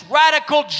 radical